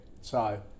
So-